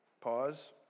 Pause